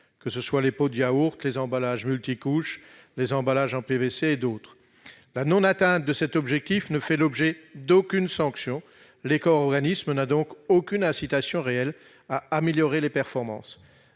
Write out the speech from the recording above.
de recyclage- pots de yaourt, emballages multicouches, emballages en PVC ... La non-atteinte de cet objectif ne fait l'objet d'aucune sanction. L'éco-organisme n'a donc aucune incitation réelle à améliorer les performances.